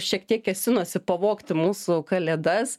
šiek tiek kėsinosi pavogti mūsų kalėdas